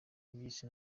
iby’isi